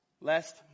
Lest